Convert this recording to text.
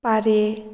पारे